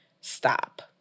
stop